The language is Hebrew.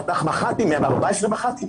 פתח מח"טים ויש 114 כאלה.